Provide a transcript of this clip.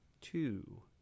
two